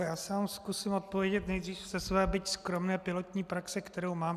Já vám zkusím odpovědět nejdřív ze své byť skromné pilotní praxe, kterou mám.